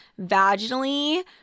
vaginally –